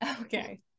Okay